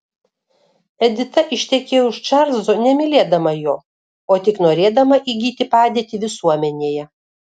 edita ištekėjo už čarlzo nemylėdama jo o tik norėdama įgyti padėtį visuomenėje